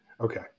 Okay